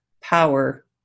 power